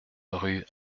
rue